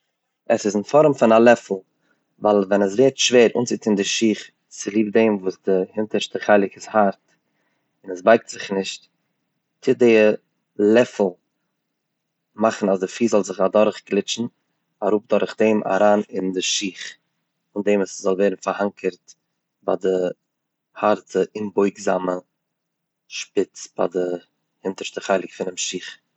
עס איז אין פארעם פון א לעפל, ווייל ווען עס ווערט שווער אנצוטון דעם שיך צוליב דעם וואס די הינטערשטע חלק איז הארט און עס בייגט זיך נישט, טוט די לעפל מאכן אז די פיס זאל זיך אדורכגליטשן אראפ דורך דעם אריין אין דער שיך אן דעם וואס ס'זאל ווערן פארהאנקערט ביי די הארטע אומבויגזאמע שפיץ ביי דער אינטערשטע חלק פונעם שיך.